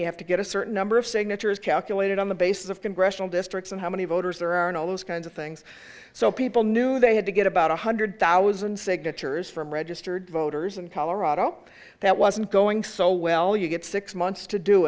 you have to get a certain number of signatures calculated on the basis of congressional districts and how many voters there are in all those kinds of things so people knew they had to get about one hundred thousand signatures from registered voters in colorado that wasn't going so well you get six months to do